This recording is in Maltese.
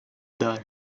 dar